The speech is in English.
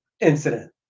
incident